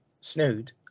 snood